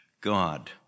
God